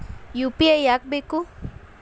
UPI ಯಾಕ್ ಬೇಕು?